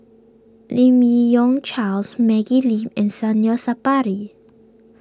Lim Yi Yong Charles Maggie Lim and Zainal Sapari